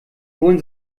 bullen